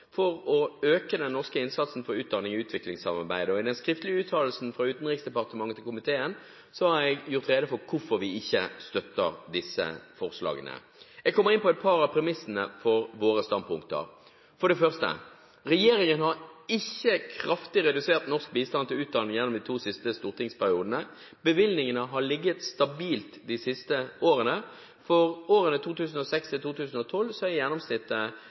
for å øke den norske innsatsen for utdanning i utviklingssamarbeidet, og i den skriftlige uttalelsen fra Utenriksdepartementet til komiteen har jeg gjort rede for hvorfor vi ikke støtter disse forslagene. Jeg vil komme inn på et par av premissene for våre standpunkter. Regjeringen har ikke kraftig redusert norsk bistand til utdanning gjennom de to siste stortingsperiodene. Bevilgningene har ligget stabilt de siste årene. For årene 2006–2012 er gjennomsnittet